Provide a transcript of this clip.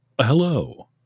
Hello